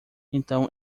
então